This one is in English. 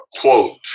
quote